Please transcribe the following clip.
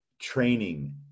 training